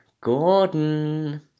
Gordon